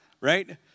right